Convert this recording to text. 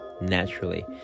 naturally